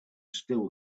still